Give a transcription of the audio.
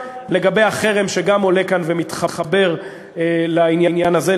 לגבי החרם שגם עולה כאן ומתחבר לעניין הזה,